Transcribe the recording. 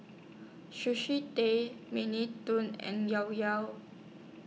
Sushi Tei Mini Toons and Llao Llao